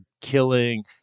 killing